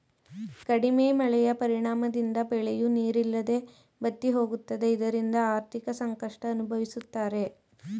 ಕಡಿಮೆ ಮಳೆಯ ಪರಿಣಾಮದಿಂದ ಬೆಳೆಯೂ ನೀರಿಲ್ಲದೆ ಬತ್ತಿಹೋಗುತ್ತದೆ ಇದರಿಂದ ಆರ್ಥಿಕ ಸಂಕಷ್ಟ ಅನುಭವಿಸುತ್ತಾರೆ